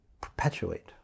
perpetuate